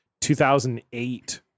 2008